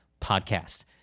podcast